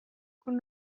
cun